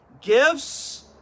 gifts